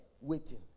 waiting